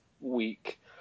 week